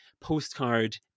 postcard